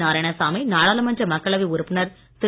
நாராயணசாமி நாடாளுமன்ற மக்களைவை உறுப்பினர் திரு